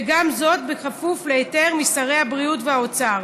וגם זאת בכפוף להיתר משרי הבריאות והאוצר.